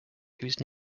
whose